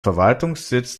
verwaltungssitz